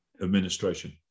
administration